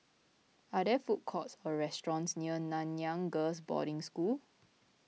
are there food courts or restaurants near Nanyang Girls' Boarding School